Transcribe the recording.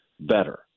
better